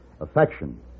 Affection